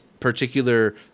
particular